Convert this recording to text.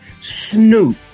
Snoop